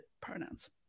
pronouns